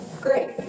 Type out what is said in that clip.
Great